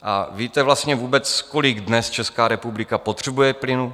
A víte vlastně vůbec, kolik dnes Česká republika potřebuje plynu?